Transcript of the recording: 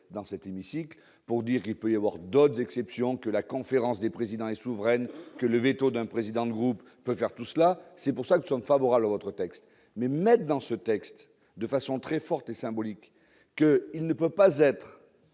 dans cet hémicycle pour dire: il peut y avoir d'autres d'exception que la conférence des présidents et souveraine que le véto d'un président de groupe peut faire tout cela, c'est pour ça que tourne favorable votre texte, mais même dans ce texte de façon très forte et symbolique que il ne peut pas être